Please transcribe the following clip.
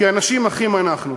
כי אנשים אחים אנחנו.